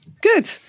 Good